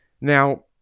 Now